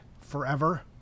forever